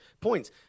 points